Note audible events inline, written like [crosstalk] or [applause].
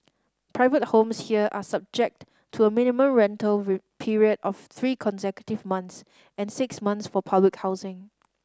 private homes here are subject to a minimum rental [unintelligible] period of three consecutive months and six months for [unintelligible] housing